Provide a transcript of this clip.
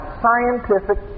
scientific